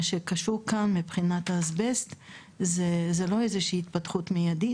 מה שקשור כאן מבחינת האסבסט זה לא איזושהי התפתחות מיידית,